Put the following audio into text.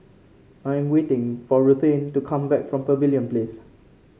I'm waiting for Ruthanne to come back from Pavilion Place